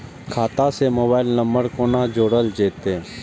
खाता से mobile number कोना जोरल जेते?